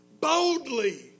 Boldly